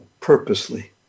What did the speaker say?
Purposely